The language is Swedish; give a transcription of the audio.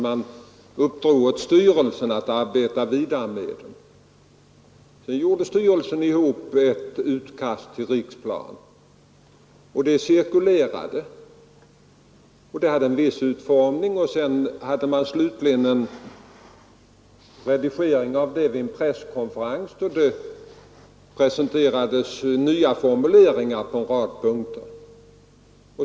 Man uppdrog åt styrelsen att arbeta vidare med den. Sedan satte styrelsen ihop ett utkast till riksplan, och det cirkulerade. Det hade en viss utformning, och vid en presskonferens presenterades en redigering av det med nya formuleringar på en rad punkter.